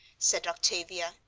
said octavia,